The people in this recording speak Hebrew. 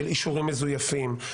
של אישורים מזויפים.